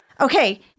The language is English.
Okay